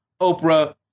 Oprah